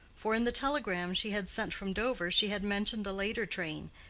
for in the telegram she had sent from dover she had mentioned a later train,